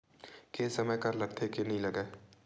के समय कर लगथे के नइ लगय?